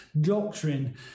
doctrine